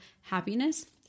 happiness